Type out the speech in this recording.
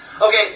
Okay